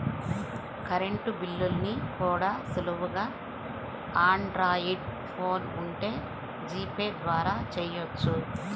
current బిల్లుల్ని కూడా సులువుగా ఆండ్రాయిడ్ ఫోన్ ఉంటే జీపే ద్వారా చెయ్యొచ్చు